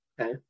Okay